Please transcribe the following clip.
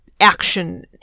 action